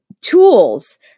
Tools